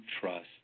trust